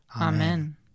Amen